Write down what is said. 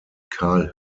carl